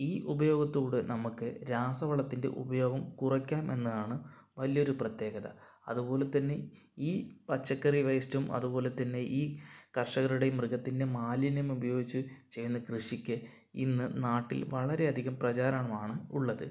ഈ ഉപയോഗത്തോട് നമ്മൾക്ക് രാസവളത്തിൻ്റെ ഉപയോഗം കുറയ്ക്കാം എന്നതാണ് വലിയൊരു പ്രത്യേകത അതുപോലെത്തന്നെ ഈ പച്ചക്കറി വേസ്റ്റും അതുപോലെത്തന്നെ ഈ കർഷകരുടെ മൃഗത്തിൻ്റെ മാലിന്യം ഉപയോഗിച്ച് ചെയ്യുന്ന കൃഷിക്ക് ഇന്ന് നാട്ടിൽ വളരെ അധികം പ്രചാരണമാണ് ഉള്ളത്